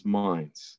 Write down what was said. minds